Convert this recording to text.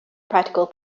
practical